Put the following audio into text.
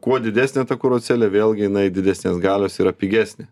kuo didesnė ta kuro celė vėlgi jinai didesnės galios yra pigesnė